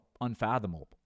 unfathomable